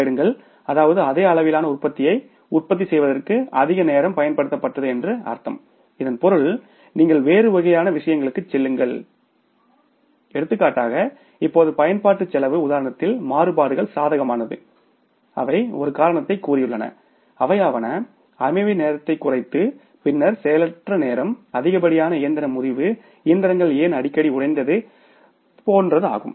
தேடுங்கள் அதாவது அதே அளவிலான உற்பத்தியை உற்பத்தி செய்வதற்கு அதிக நேரம் பயன்படுத்தப்பட்டது என்று அர்த்தம் இதன் பொருள் நீங்கள் வேறு வகையான விஷயங்களுக்குச் செல்லுங்கள் என்று சொல்லலாம் எடுத்துக்காட்டாக இப்போது பயன்பாட்டுச் செலவு உதாரணத்தில் மாறுபாடுகள் சாதகமானது அவை ஒரு காரணத்தைக் கூறியுள்ளன அவையாவன அமைவு நேரத்தைக் குறைத்து பின்னர் செயலற்ற நேரம் அதிகப்படியான இயந்திர முறிவு இயந்திரங்கள் ஏன் அடிக்கடி உடைந்து போகின்றன என்பதாகும்